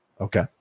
Okay